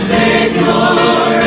Savior